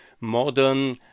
modern